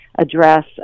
address